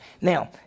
Now